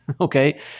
okay